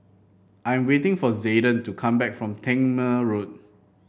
I'm waiting for Zayden to come back from Tangmere Road